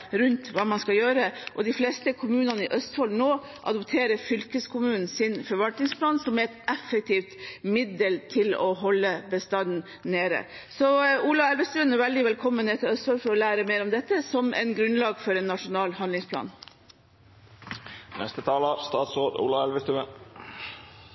rundt hva man skal gjøre. De fleste kommunene i Østfold adopterer fylkeskommunens forvaltningsplan, som er et effektivt middel til å holde bestanden nede. Så Ola Elvestuen er veldig velkommen til Østfold for å lære mer om dette som et grunnlag for en nasjonal handlingsplan.